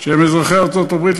שהם אזרחי ארצות-הברית,